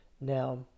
Now